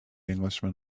englishman